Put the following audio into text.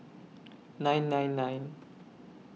nine nine nine